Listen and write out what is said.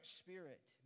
spirit